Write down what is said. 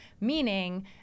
meaning